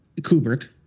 Kubrick